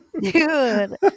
dude